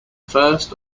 first